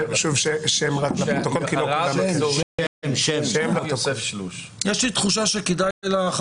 הרב האזורי שרוצים להטיל עליו להיות